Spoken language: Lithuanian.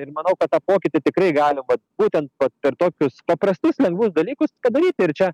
ir manau kad tą pokytį tikrai galim vat būtent vat per tokius paprastus lengvus dalykus padaryti ir čia